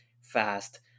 fast